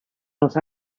los